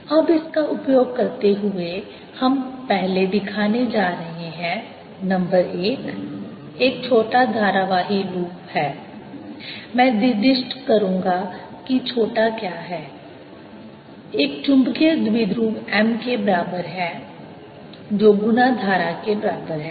A04πmrr3 04πmrr3 r≠0 04πmr3 3mrrr504π3mrr mr3 ∴Ar04πmrr3 अब इसका उपयोग करते हुए हम पहले दिखाने जा रहे हैं नंबर 1 एक छोटा धारावाही लूप है मैं निर्दिष्ट करूंगा कि छोटा क्या है एक चुंबकीय द्विध्रुव m के बराबर है जो गुना धारा के बराबर है